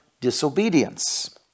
disobedience